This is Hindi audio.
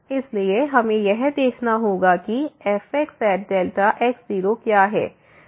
इसलिए हमें यह देखना होगा कि fxx0 क्या है